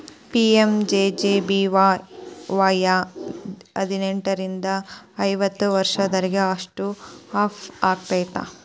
PMJJBY ಹದಿನೆಂಟರಿಂದ ಐವತ್ತ ವರ್ಷದೊರಿಗೆ ಅಷ್ಟ ಅಪ್ಲೈ ಆಗತ್ತ